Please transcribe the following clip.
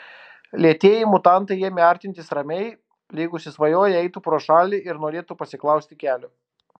lėtieji mutantai ėmė artintis ramiai lyg užsisvajoję eitų pro šalį ir norėtų pasiklausti kelio